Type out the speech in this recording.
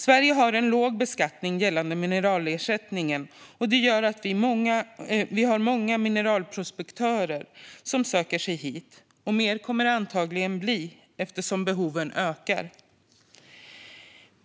Sverige har en låg beskattning på mineralersättningen. Det gör att många mineralprospektörer söker sig hit, och fler kommer det antagligen att bli eftersom behoven ökar.